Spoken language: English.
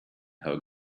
her